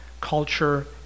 culture